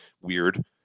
weird